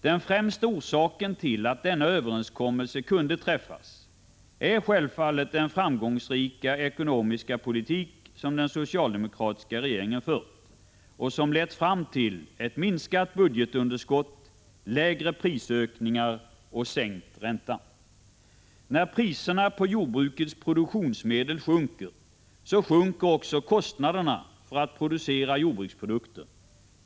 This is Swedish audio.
Den främsta orsaken till att denna överenskommelse kunde träffas är självfallet den framgångsrika ekonomiska politik som den socialdemokratiska regeringen fört och som lett fram till ett minskat budgetunderskott, mindre prisökningar och sänkt ränta. När priserna på jordbrukets produktionsmedel sjunker, så sjunker också kostnaderna för att producera jordbruksprodukter.